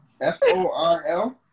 F-O-R-L